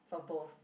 for both